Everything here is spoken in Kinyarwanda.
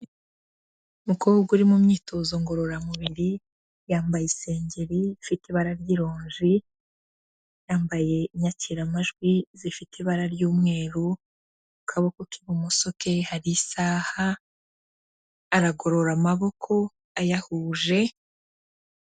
Umukobwa uri mu myitozo ngororamubiri, yambaye isengeri ifite ibara ry'irongi, yambaye inyakiramajwi zifite ibara ry'umweru, ku kaboko k'ibumoso ke hari isaha, aragorora amaboko ayahuje.